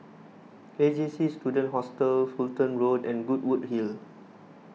A J C Student Hostel Fulton Road and Goodwood Hill